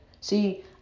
See